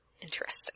Interesting